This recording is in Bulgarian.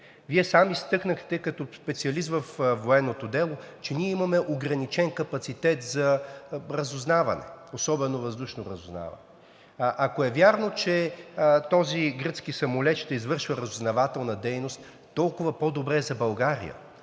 Вие сам изтъкнахте като специалист във военното дело, че ние имаме ограничен капацитет за разузнаване, особено въздушно разузнаване. Ако е вярно, че този гръцки самолет ще извършва разузнавателна дейност, толкова по-добре за България,